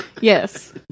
Yes